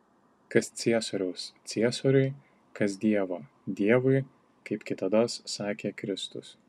kas ciesoriaus ciesoriui kas dievo dievui kaip kitados sakė kristus